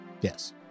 Yes